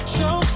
Show